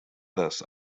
this